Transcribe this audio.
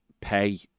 pay